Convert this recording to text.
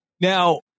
Now